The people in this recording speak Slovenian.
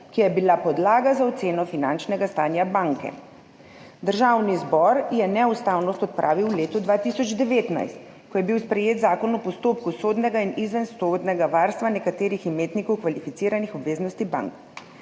ki je bila podlaga za oceno finančnega stanja banke. Državni zbor je neustavnost odpravil v letu 2019, ko je bil sprejet Zakon o postopku sodnega in izvensodnega varstva nekdanjih imetnikov kvalificiranih obveznosti bank.